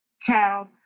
child